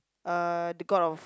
uh the god of